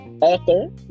author